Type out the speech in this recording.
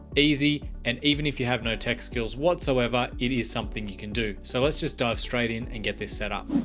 easy, and even if you have no tech skills whatsoever, it is something you can do. so let's just dive straight in and get this set up.